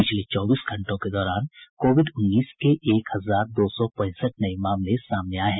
पिछले चौबीस घंटों के दौरान कोविड उन्नीस के एक हजार दो सौ पैंसठ नये मामले सामने आये हैं